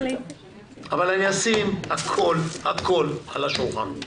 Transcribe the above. אבל אני אשים הכול הכול על השולחן.